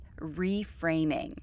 reframing